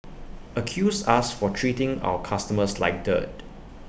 accused us for treating our customers like dirt